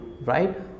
Right